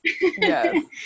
yes